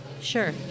Sure